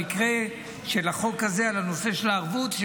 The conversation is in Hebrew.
המקרה של החוק הזה על נושא הערבות.